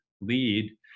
lead